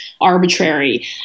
arbitrary